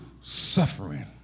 suffering